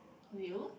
will